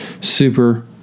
Super